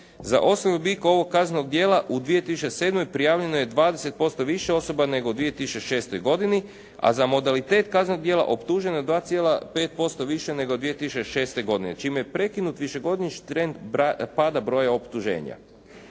Za osnovni oblik ovog kaznenog djela u 2007. prijavljeno je 20% više osoba nego u 2006. godini, a za modalitet kaznenog djela optuženo je 2,5% više nego 2006. godine čime je prekinut višegodišnji trend pada broja optuženja.